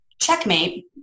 checkmate